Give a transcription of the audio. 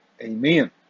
amen